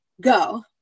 Go